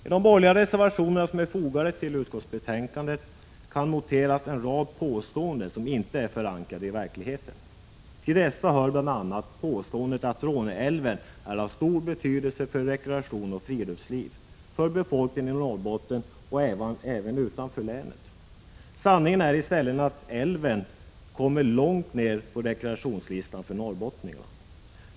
I de borgerliga reservationer som är fogade till utskottsbetänkandet kan noteras en rad påståenden som inte är förankrade i verkligheten. Till dessa hör bl.a. påståendet att Råneälven är av stor betydelse för rekreation och friluftsliv för befolkningen i Norrbotten och även utanför länet. Sanningen är istället att älven kommer långt ner på rekreationslistan för norrbottningarna.